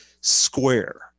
square